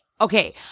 okay